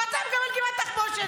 ואתה מקבל את גבעת התחמושת,